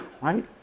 right